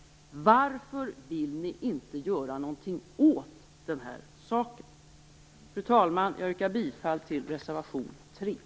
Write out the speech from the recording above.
Varför vill ni inte göra någonting åt denna sak? Fru talman! Jag yrkar bifall till reservation 3.